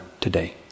today